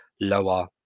lower